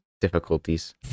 difficulties